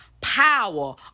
power